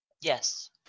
Yes